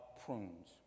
prunes